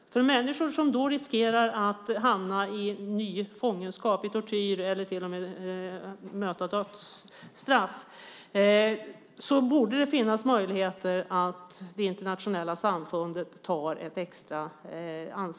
Det borde finnas möjligheter att det internationella samfundet tar ett extra ansvar för människor som riskerar att hamna i ny fångenskap och tortyr eller möta dödstraff.